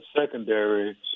secondary